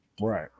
Right